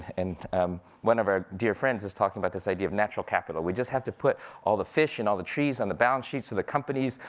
and um one of our dear friends was talking about this idea of natural capital. we just have to put all the fish and all the trees on the balance sheets of the companies,